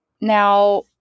Now